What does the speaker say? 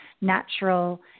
natural